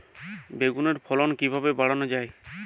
বেগুনের ফলন কিভাবে বাড়ানো যায়?